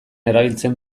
erabiltzen